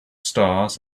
stars